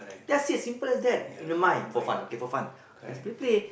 that's it simple as that in the mind for fun okay for fun just play play